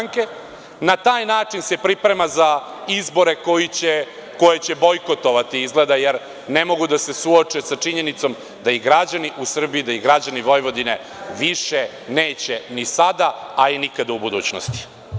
Na taj način se priprema za izbore koje će bojkotovati izgleda, jer ne mogu da se suoče sa činjenicom da i građani u Srbiji, da i građani Vojvodine više neće ni sada, a i nikada u budućnosti.